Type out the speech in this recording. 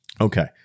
Okay